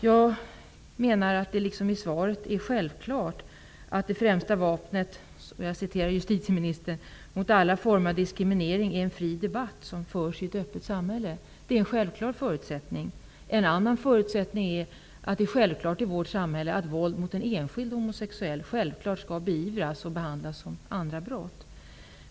Jag menar -- liksom justitieministern säger i svaret, och jag citerar -- att ''det främsta vapnet mot alla former av diskriminering är den fria debatt som förs i ett öppet samhälle''. Detta är en självklar förutsättning. En annan förutsättning är att det i vårt samhälle är självklart att våld mot en enskild homosexuell skall beivras och behandlas som andra brott.